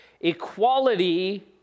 Equality